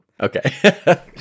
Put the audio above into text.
Okay